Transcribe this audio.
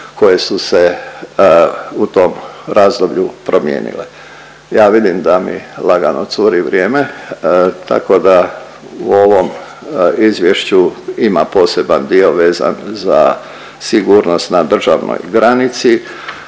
koje su se u tom razdoblju promijenile. Ja vidim da mi lagano curi vrijeme, tako da u ovom Izvješću ima poseban dio vezan za sigurnost na državnoj granici,